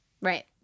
right